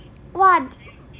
!wah!